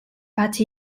but